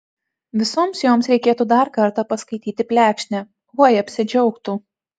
visoms joms reikėtų dar kartą paskaityti plekšnę oi apsidžiaugtų